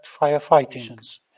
firefighting